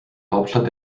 hauptstadt